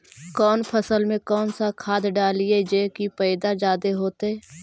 कौन फसल मे कौन सा खाध डलियय जे की पैदा जादे होतय?